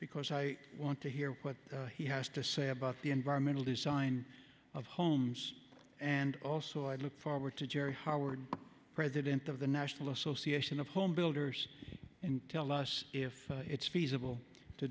because i want to hear what he has to say about the environmental design of homes and also i look forward to gerry howard president of the national association of home builders and tell us if it's feasible to